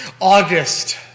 August